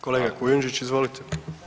Kolega Kujundžić izvolite.